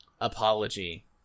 apology